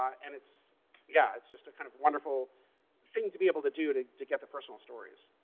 um and it's yeah it's just a kind of wonderful thing to be able to do to to get the personal stories.